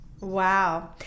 Wow